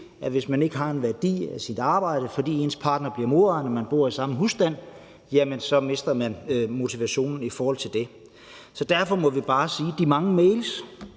at hvis man ikke har en værdi af sit arbejde, fordi ens partner bliver modregnet, når man bor i samme husstand, så mister man motivationen i forhold til det. Derfor må vi bare sige, at de mange mails